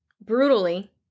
brutally